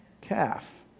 calf